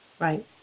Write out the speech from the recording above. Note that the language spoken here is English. Right